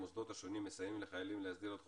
המוסדות השונים המסייעים לחיילים להסדיר את חובותיהם.